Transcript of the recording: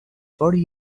forty